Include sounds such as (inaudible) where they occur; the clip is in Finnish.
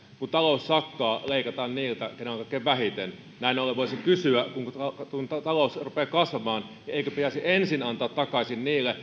kun talous sakkaa leikataan niiltä keillä on kaikkein vähiten näin ollen voisi kysyä kun talous rupeaa kasvamaan eikö pitäisi ensin antaa takaisin niille (unintelligible)